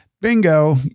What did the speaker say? Bingo